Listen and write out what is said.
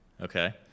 Okay